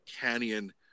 canyon